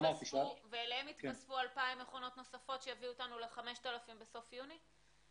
ואליהן יתווספו 2,000 מכונות נוספות שיביאו אותנו ל-5,000 בסוף יוני?